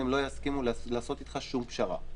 הם לא יסכימו לעשות אתך שום פשרה.